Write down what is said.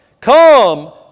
come